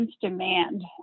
demand